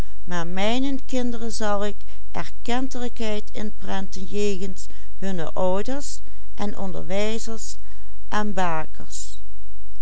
jegens mijne ouders en onderwijzers